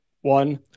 one